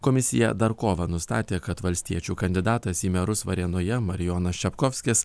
komisija dar kovą nustatė kad valstiečių kandidatas į merus varėnoje marijonas čepkovskis